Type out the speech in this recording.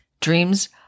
dreams